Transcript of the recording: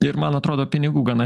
ir man atrodo pinigų gana